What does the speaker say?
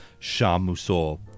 Shamusol